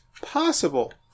possible